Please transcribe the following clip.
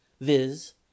viz